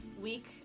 week